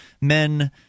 men